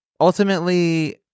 ultimately